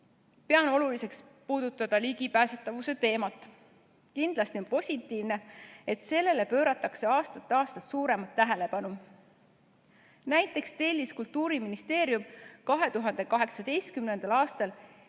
pean oluliseks puudutada ligipääsetavuse teemat. Kindlasti on positiivne, et sellele pööratakse aastast aastasse suuremat tähelepanu. Näiteks tellis Kultuuriministeerium 2018. aastal